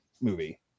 movie